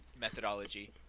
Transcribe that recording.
methodology